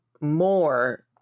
more